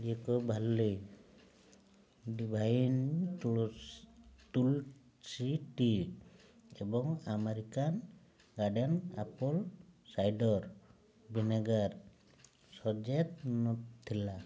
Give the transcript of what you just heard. eco valley divine ତୁଳ tulsi tea ଏବଂ American garden apple cider vinegar ସତେଜ ନଥିଲା